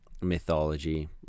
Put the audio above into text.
mythology